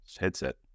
headset